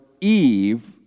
Eve